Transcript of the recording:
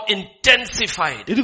intensified